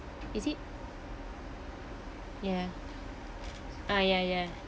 is it ya ah ya ya